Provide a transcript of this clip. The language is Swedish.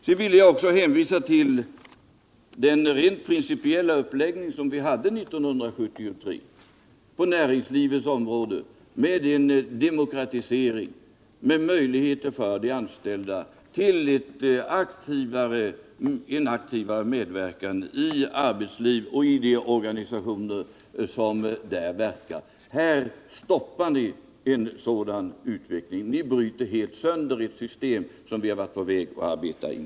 Sedan vill jag också hänvisa till den rent principiella uppläggning som vi hade 1973 på näringslivets område med en demokratisering, med möjligheter för de anställda till aktivare medverkan i arbetslivet och i de organisationer som där verkar. Här stoppar ni en sådan utveckling. Ni bryter helt sönder ett system som vi har varit på väg att arbeta in.